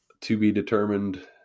to-be-determined